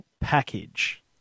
Package